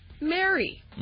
Mary